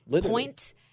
point